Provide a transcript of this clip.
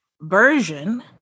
version